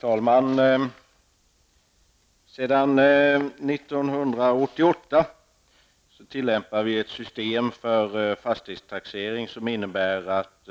Herr talman! Vi tillämpar sedan 1988 ett system för fastighetstaxering som innebär att